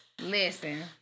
Listen